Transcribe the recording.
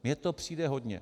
Mně to přijde hodně.